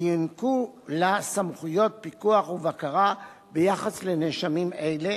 ויוענקו לה סמכויות פיקוח ובקרה ביחס לנאשמים אלה